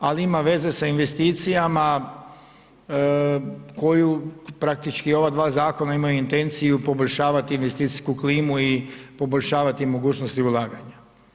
Ali ima veze sa investicijama koju praktički ova dva zakona imaju intenciju poboljšavati investicijsku klimu i poboljšavati mogućnosti ulaganja.